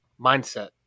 Mindset